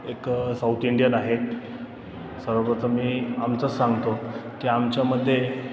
एक South Indian आहे सर्वप्रथम मी आमचंच सांगतो की आमच्यामध्ये